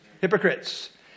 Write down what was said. hypocrites